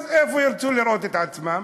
אז איפה ירצו לראות את עצמם?